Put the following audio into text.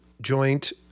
joint